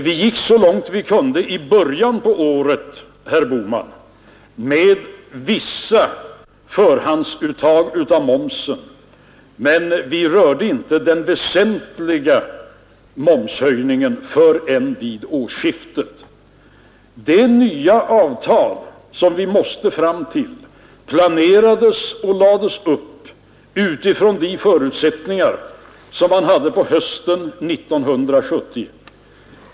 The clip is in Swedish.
Vi gick så långt vi kunde i början av året, herr Bohman, med vissa förhandsuttag av momsen, men vi rörde inte den väsentliga momshöjningen förrän vid årsskiftet. De nya avtal som vi måste komma fram till planerades och lades upp utifrån de förutsättningar som man hade på hösten 1970.